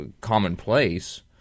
commonplace